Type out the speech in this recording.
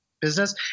Business